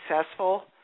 successful